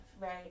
Right